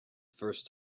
first